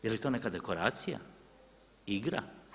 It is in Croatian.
Jeli to neka dekoracija, igra?